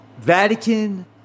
Vatican